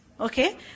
Okay